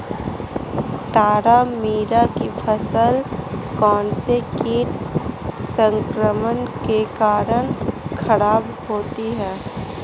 तारामीरा की फसल कौनसे कीट संक्रमण के कारण खराब होती है?